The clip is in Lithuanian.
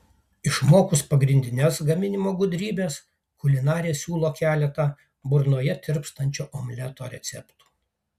išmokus pagrindines gaminimo gudrybes kulinarė siūlo keletą burnoje tirpstančio omleto receptų